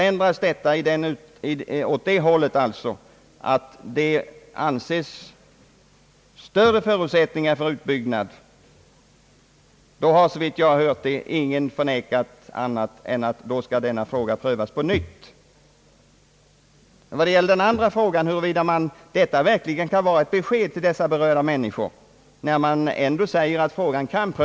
Sker det en förändring åt sådant håll, att man anser det finnas större förutsättningar för en utbyggnad, då har jag inte hört någon förneka att denna fråga måste prövas på nytt. Är då detta något besked till de människor som berörs? Om man säger att frågan ändå kan komma att prövas på nytt.